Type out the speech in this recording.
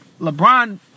LeBron